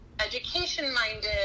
education-minded